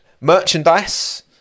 Merchandise